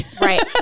Right